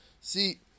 See